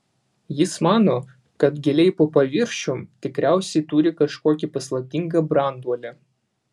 jis mano kad giliai po paviršium tikriausiai turi kažkokį paslaptingą branduolį